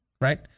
right